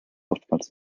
oftmals